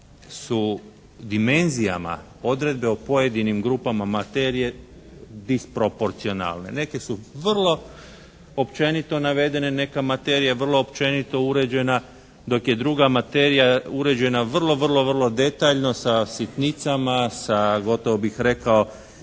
su dimenzijama odredbe o pojedinim grupama materije disproporcionalne. Neke su vrlo općenito navedene, neka materija je vrlo općenito uređena dok je druga materija uređena vrlo detaljno sa sitnicama, sa gotovo bih rekao